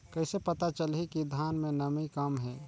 कइसे पता चलही कि धान मे नमी कम हे?